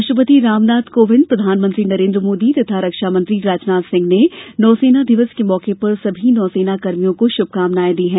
राष्ट्रपति रामनाथ कोविंद प्रधानमंत्री नरेंद्र मोदी तथा रक्षा मंत्री राजनाथ सिंह ने नौसेना दिवस के मौके पर सभी नौसेना कर्मियों को शुभकामनाएं दी है